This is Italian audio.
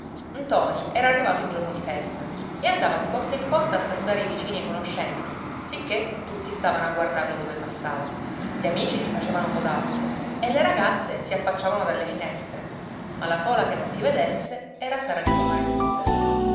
sentiva ntoni era arrivato in giorno di festa e andava di porta in porta a salutare i vicini e i conoscenti sicché tutti stavano a guardarlo dove passava gli amici gli facevano codazzo e le ragazze si affacciavano dalle finestre ma la sola che non si vedesse era sara di comare tudda